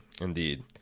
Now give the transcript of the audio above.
Indeed